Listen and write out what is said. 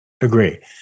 Agree